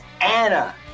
Anna